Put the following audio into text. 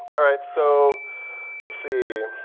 all right, so let's see,